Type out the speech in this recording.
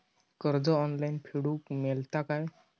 कर्ज ऑनलाइन फेडूक मेलता काय?